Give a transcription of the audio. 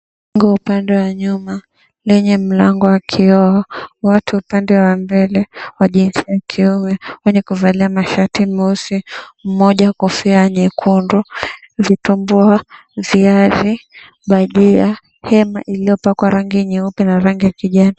Upande wa nyuma, lenye mlango wa kioo, watu upande wa mbele wa jinsi ya kiume, wenye kuvalia mashati meusi, mmoja kofia nyekundu, vitumbua, viazi, bajia, hema iliyopakwa rangi nyeupe na rangi ya kijani.